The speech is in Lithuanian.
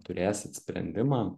turėsit sprendimą